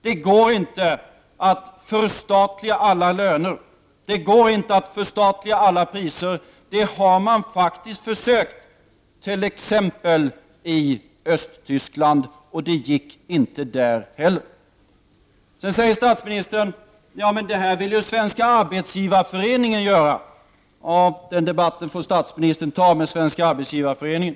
Det går inte att förstatliga alla löner och priser. Detta har man faktiskt försökt, t.ex. i Östtyskland, och det gick inte heller där. Sedan fortsätter statsministern: ”Ja, men det här vill ju Svenska arbetsgivareföreningen göra”. Den debatten får statsministern ta med Svenska arbetsgivareföreningen.